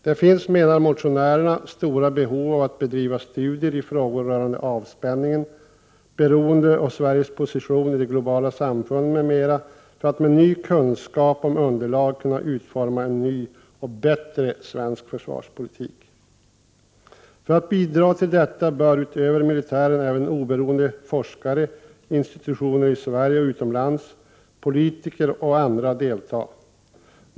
Det finns, menar motionärerna, stora behov av att bedriva studier i frågor rörande avspänningen, beroenden och Sveriges position i det globala samfundet, m.m., för att vi med ny kunskap som underlag skall kunna utforma en ny och bättre svensk försvarspolitik. För att bidra till detta bör utöver militären även oberoende forskare, institutioner i Sverige och utomlands, politiker och andra delta.